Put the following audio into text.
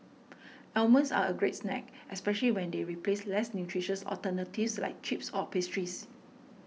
almonds are a great snack especially when they replace less nutritious alternatives like chips or pastries